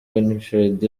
winfred